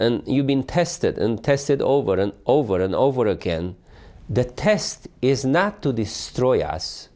and you've been tested and tested over and over and over again the test is not to destroy us